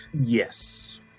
Yes